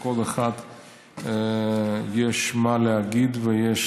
ולכל אחד יש מה להגיד ויש